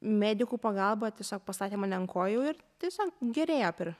medikų pagalba tiesiog pastatė mane ant kojų ir tiesiog gerėjo per